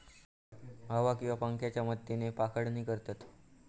हवा किंवा पंख्याच्या मदतीन पाखडणी करतत